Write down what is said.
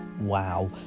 Wow